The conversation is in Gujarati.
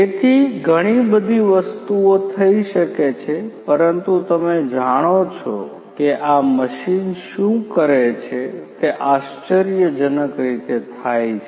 તેથી ઘણી બધી વસ્તુઓ થઈ શકે છે પરંતુ તમે જાણો છો કે આ મશીન શું કરે છે તે આશ્ચર્યજનક રીતે થાય છે